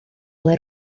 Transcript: ble